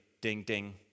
ding-ding